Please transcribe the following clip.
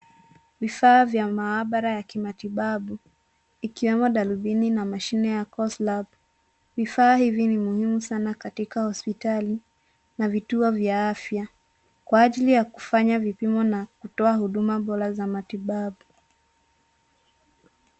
Vifaa vya maabara vya kimatibabu, ikiwemo darubini na mashine ya CourseLab .. Vifaa hivi ni muhimu sana katika hospitali na vituo vya afya kwa ajili ya kufanya vipimo na kutoa huduma bora za matibabu.